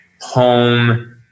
home